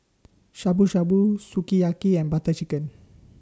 Shabu Shabu Sukiyaki and Butter Chicken